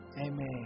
amen